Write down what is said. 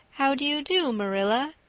how do you do, marilla?